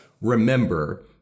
remember